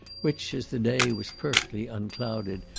which, as the day was perfectly unclouded,